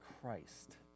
Christ